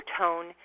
tone